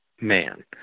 man